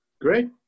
Great